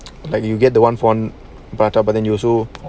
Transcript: like you get the one for one prata but then you also